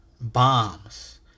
bombs